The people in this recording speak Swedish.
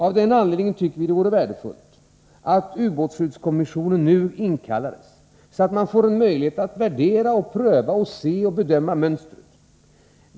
Av den anledningen tycker vi att det vore värdefullt om ubåtsskyddskommissionen nu inkallades, så att man får möjlighet att värdera, pröva, se och bedöma mönstret.